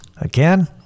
again